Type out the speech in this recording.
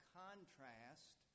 contrast